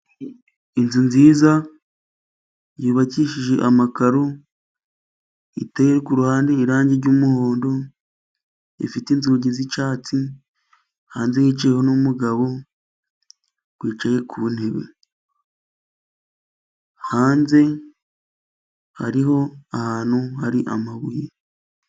Inzu nziza yubakishije amakaro, iteye kuruhande irangi ry'umuhondo, ifite inzugi z'icyatsi, hanze yicayeho n'umugabo wicaye ku ntebe, hanze hariho ahantu hari amabuye.